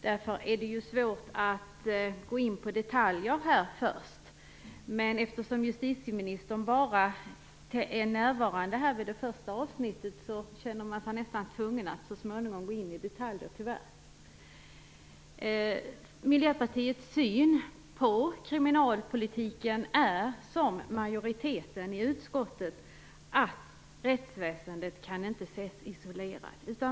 Därför är det svårt att gå in på detaljer nu, men eftersom justitieministern bara är närvarande under det första avsnittet känner man sig tyvärr nästan tvungen att så småningom gå in i detaljer. Miljöpartiets syn på kriminalpolitiken är som utskottsmajoritetens: rättsväsendet kan inte ses isolerat.